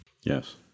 Yes